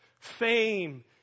Fame